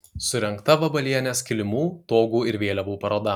surengta vabalienės kilimų togų ir vėliavų paroda